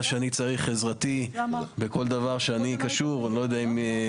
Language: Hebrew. אם צריך את עזרתי בכל דבר שאני קשור אליו,